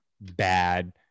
bad